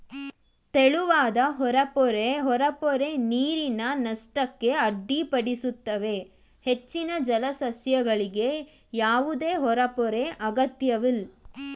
ತೆಳುವಾದ ಹೊರಪೊರೆ ಹೊರಪೊರೆ ನೀರಿನ ನಷ್ಟಕ್ಕೆ ಅಡ್ಡಿಪಡಿಸುತ್ತವೆ ಹೆಚ್ಚಿನ ಜಲಸಸ್ಯಗಳಿಗೆ ಯಾವುದೇ ಹೊರಪೊರೆ ಅಗತ್ಯವಿಲ್ಲ